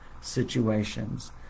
situations